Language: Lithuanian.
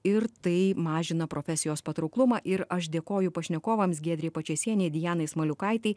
ir tai mažina profesijos patrauklumą ir aš dėkoju pašnekovams giedrei pačėsienei dianai smaliukaitei